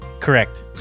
Correct